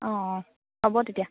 অঁ হ'ব তেতিয়া